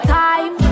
time